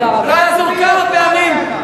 תהיה גבר.